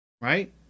Right